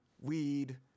weed